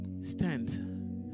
stand